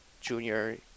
junior